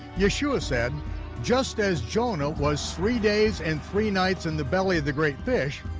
yeshua said just as jonah was three days and three nights in the belly of the great fish,